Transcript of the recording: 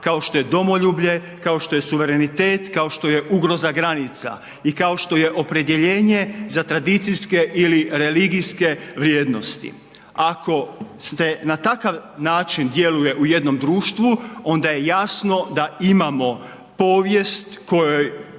kao što je domoljublje, kao što je suverenitet, kao što je ugroza granica i kao što je opredjeljenje za tradicijske ili religijske vrijednosti. Ako se na takav način djeluje u jednom društvu onda je jasno da imamo povijest kojoj